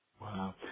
Wow